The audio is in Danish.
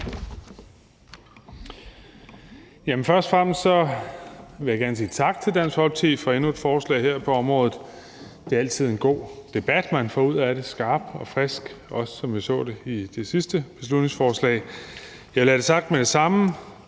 Først og fremmest vil jeg gerne sige tak til Dansk Folkeparti for endnu et forslag på området. Det er altid en god debat, man får ud af det – skarp og frisk, som vi også så det ved det sidste beslutningsforslag. Lad det være sagt med det samme: